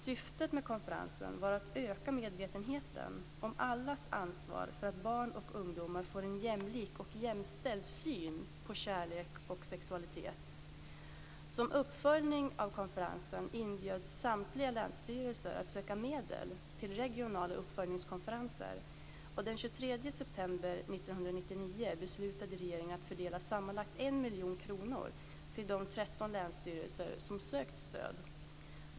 Syftet med konferensen var att öka medvetenheten om allas ansvar för att barn och ungdomar får en jämlik och jämställd syn på kärlek och sexualitet. Som uppföljning av konferensen inbjöds samtliga länsstyrelser att söka medel till regionala uppföljningskonferenser. Den 23 september 1999 beslutade regeringen att fördela sammanlagt 1 miljon kronor till de 13 länsstyrelser som sökt stöd.